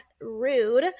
rude